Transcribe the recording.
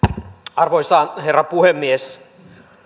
arvoisa herra puhemies